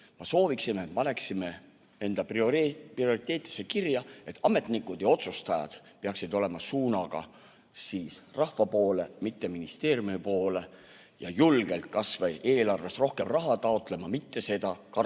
Ma sooviksin, et me paneksime enda prioriteetidesse kirja, et ametnikud ja otsustajad peaksid olema suunaga rahva poole, mitte ministeeriumi poole, ja julgelt kas või eelarvest rohkem raha taotlema, mitte kartma,